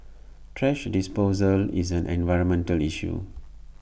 thrash disposal is an environmental issue